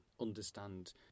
understand